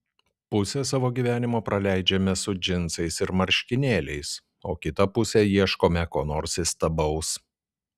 pusę savo gyvenimo praleidžiame su džinsais ir marškinėliais o kitą pusę ieškome ko nors įstabaus